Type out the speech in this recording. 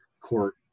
court